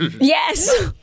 Yes